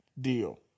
deal